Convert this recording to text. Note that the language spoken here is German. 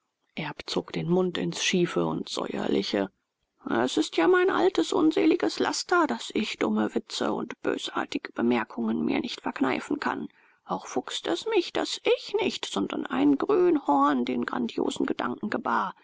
zog den mund ins schiefe und säuerliche es ist ja mein altes unseliges laster daß ich dumme witze und bösartige bemerkungen mir nicht verkneifen kann auch fuchst es mich daß ich nicht sondern ein grünhorn den grandiosen gedanken gebar